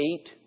eight